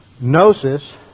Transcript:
gnosis